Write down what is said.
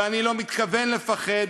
ואני לא מתכוון לפחד,